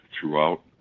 throughout